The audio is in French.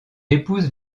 épouse